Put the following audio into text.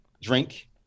drink